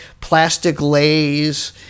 plastic-lays